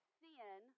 sin